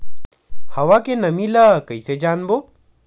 हवा के नमी ल कइसे जानबो?